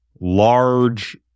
large